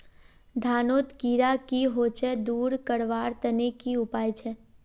धानोत कीड़ा की होचे दूर करवार तने की उपाय छे?